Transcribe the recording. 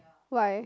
why